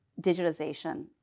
digitization